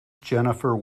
jennifer